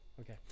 Okay